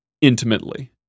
intimately